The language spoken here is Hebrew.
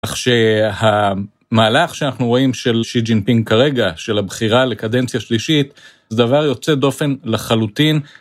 כך שהמהלך שאנחנו רואים של שי ג'ינפינג כרגע, של הבחירה לקדנציה שלישית זה דבר יוצא דופן לחלוטין.